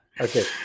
Okay